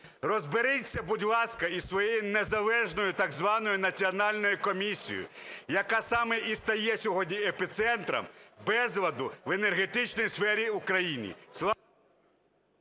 Розберіться, будь ласка, із своєю незалежною так званою національною комісією, яка саме і стає сьогодні епіцентром безладу в енергетичній сфері України.